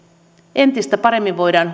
entistä paremmin voidaan